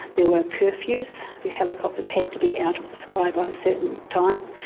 there were curfews, the helicopters had to be out of the sky by a certain time.